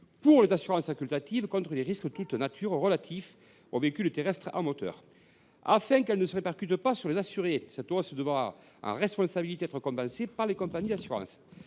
pour les assurances facultatives contre les risques de toute nature relatifs aux véhicules terrestres à moteur. Afin qu’elle ne se répercute pas sur les assurés, cette hausse devra, en responsabilité, être compensée par les compagnies d’assurances.